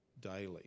daily